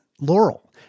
Laurel